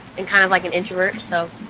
and, kind of like an introvert, so.